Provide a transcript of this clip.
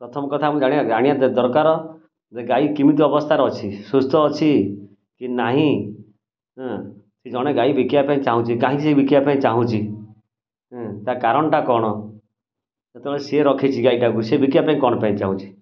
ପ୍ରଥମ କଥା ଆମେ ଜାଣିବା ଜାଣିବା ଦରକାର ଯେ ଗାଈ କେମିତି ଅବସ୍ଥାରେ ଅଛି ସୁସ୍ଥ ଅଛି କି ନାହିଁ ସେ ଜଣେ ଗାଈ ବିକିବା ପାଇଁ ଚାହୁଁଛି କାହିଁକି ସେ ବିକିବା ପାଇଁ ଚାହୁଁଛି ତା' କାରଣଟା କ'ଣ ଯେତେବେଳେ ସିଏ ରଖିଛି ଗାଈଟିକୁ ସିଏ ବିକିବା ପାଇଁ କ'ଣ ପାଇଁ ଚାଁହୁଛି